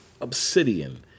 Obsidian